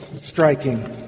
striking